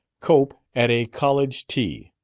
cope at a college tea